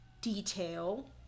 detail